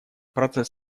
процесс